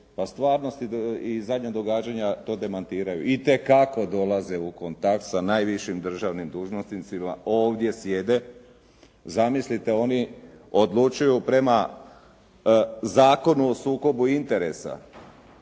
Pa stvarnost i zadnja događanja to demantiraju. Itekako dolaze u kontakt sa najvišim državnim dužnosnicima, ovdje sjede. Zamislite, oni odlučuju prema Zakonu o sukobu interesa.